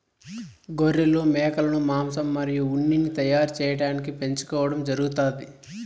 గొర్రెలు, మేకలను మాంసం మరియు ఉన్నిని తయారు చేయటానికి పెంచుకోవడం జరుగుతాంది